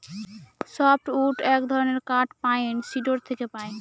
soft wood এক ধরনের কাঠ পাইন, সিডর থেকে পাই